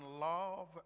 love